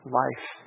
life